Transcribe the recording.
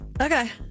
Okay